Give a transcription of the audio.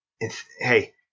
hey